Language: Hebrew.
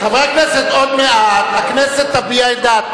הוא לא מעביר הצעות